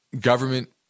government